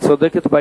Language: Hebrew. את צודקת,